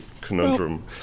conundrum